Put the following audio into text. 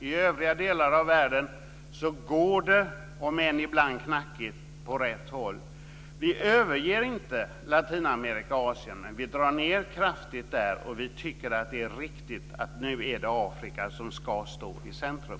I övriga delar av världen går det, om än ibland knackigt, åt rätt håll. Vi överger inte Latinamerika och Asien, men vi drar ned kraftigt där. Vi tycker att det är riktigt att nu är det Afrika som ska få stå i centrum.